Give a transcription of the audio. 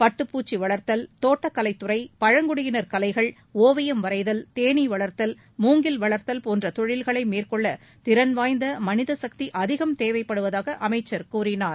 பட்டுப்பூச்சி வளர்த்தல் தோட்டக்கலைத்துறை பழங்குடியினர் கலைகள் ஓவியம் வரைதல் தேனீ வளர்த்தல் மூங்கில் வளர்த்தல் போன்ற தொழில்களை மேற்கொள்ள திறன் வாய்ந்த மனிதசக்தி அதிகம் தேவைப்படுவதாக அமைச்சர் கூறினார்